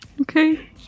Okay